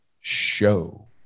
show